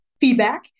feedback